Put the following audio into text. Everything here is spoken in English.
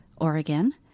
Oregon